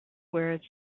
words